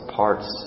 parts